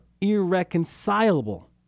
irreconcilable